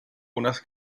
unas